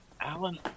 Alan